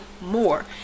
more